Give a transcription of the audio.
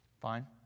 Fine